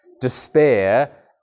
despair